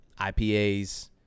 IPAs